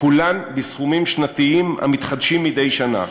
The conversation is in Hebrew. כולן בסכומים שנתיים המתחדשים מדי שנה: